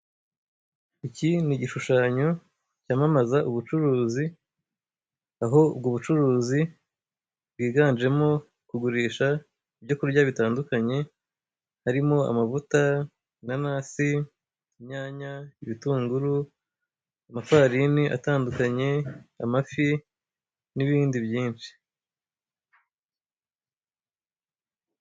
Iki ni igishushanyo cyamamaza ubucuruzi, aho ubwo bucuruzi bwiganjemo kugurisha ibyo kurya bitandukanye, harimo: amavuta, inanasi, inyanya, ibitunguru, amafarini atandukanye amafi n'ibindi byinshi.